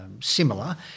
similar